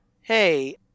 hey